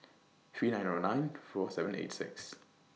three nine O nine four seven eight six